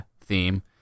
theme